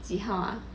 see how ah